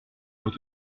faut